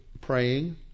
praying